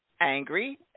angry